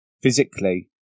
physically